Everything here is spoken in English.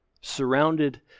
surrounded